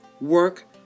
work